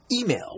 email